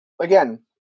again